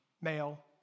male